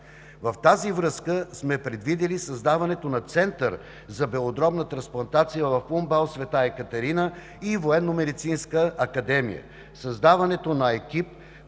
В тази връзка сме предвидили създаването на Център за белодробна трансплантация в УМБАЛ „Света Екатерина“ и Военномедицинската академия, създаването на екип